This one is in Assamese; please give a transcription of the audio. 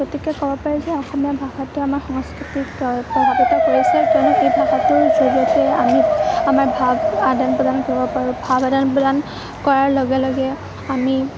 গতিকে ক'ব পাৰোঁ যে অসমীয়া ভাষাটোৱে আমাৰ সংস্কৃতিক প্ৰভাৱিত কৰিছে কিয়নো এই ভাষাটোৰ জৰিয়তে আমি আমাৰ ভাৱ আদান প্ৰদান কৰিব পাৰোঁ ভাৱ আদান প্ৰদান কৰাৰ লগে লগে আমি